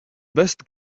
best